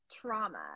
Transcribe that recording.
trauma